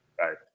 Right